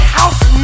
house